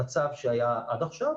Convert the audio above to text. מהמצב שהיה עד עכשיו,